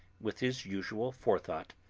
with his usual forethought,